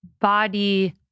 body